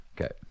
Okay